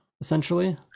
essentially